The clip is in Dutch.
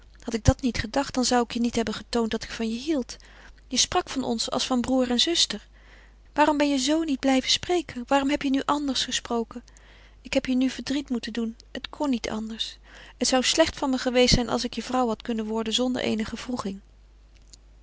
had ik dat niet gedacht dan zou ik je niet hebben getoond dat ik van je hield je sprak van ons als een broêr en zuster waarom ben je zoo niet blijven spreken waarom heb je nu anders gesproken ik heb je nu verdriet moeten doen het kon niet anders het zou slecht van me geweest zijn als ik je vrouw had kunnen worden zonder eenige wroeging